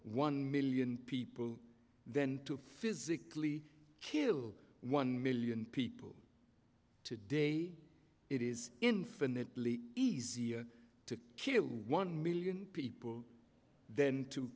one million people then to physically kill one million people today it is infinitely easier to kill one million people then to